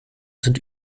sind